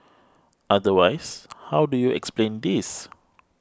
otherwise how do you explain this